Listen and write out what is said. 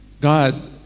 God